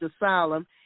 asylum